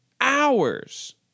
hours